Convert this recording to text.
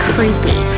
Creepy